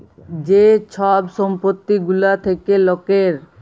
যে ছব সম্পত্তি গুলা থ্যাকে লকের